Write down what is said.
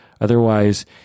Otherwise